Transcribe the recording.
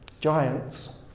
giants